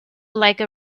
like